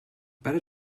better